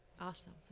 Awesome